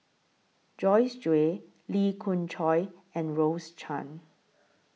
Joyce Jue Lee Khoon Choy and Rose Chan